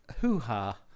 hoo-ha